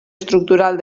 estructural